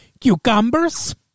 cucumbers